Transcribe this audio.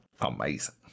amazing